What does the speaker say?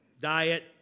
Diet